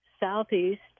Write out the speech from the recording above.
Southeast